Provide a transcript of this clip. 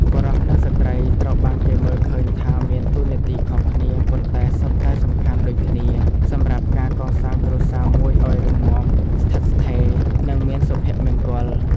បុរសនិងស្ត្រីត្រូវបានគេមើលឃើញថាមានតួនាទីខុសគ្នា ប៉ុន្តែសុទ្ធតែសំខាន់ដូចគ្នាសម្រាប់ការកសាងគ្រួសារមួយឲ្យរឹងមាំ ស្ថិតស្ថេរ និងមានសុភមង្គល។